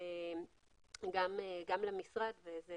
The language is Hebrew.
גם למשרד וזה